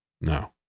no